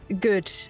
Good